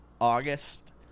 August